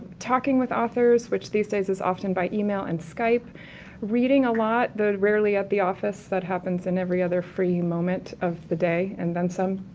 talking with authors which these days is often by email and skype reading a lot, though, rarely at the office that happens in every other free moment of the day and then some